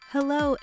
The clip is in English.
Hello